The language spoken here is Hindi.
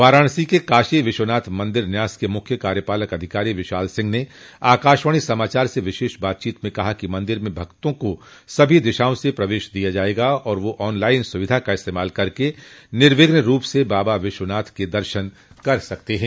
वाराणसी के काशी विश्वनाथ मंदिर न्यास के मुख्य कार्यपालक अधिकारी विशाल सिंह ने आकाशवाणी समाचार से विशेष बातचीत में कहा कि मंदिर में भक्तों को सभी दिशाओं से प्रवेश दिया जायेगा और वे ऑन लाइन सुविधा का इस्तेमाल करके निविध्न रूप से बाबा विश्वनाथ के दर्शन कर सकते हैं